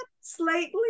slightly